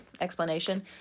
explanation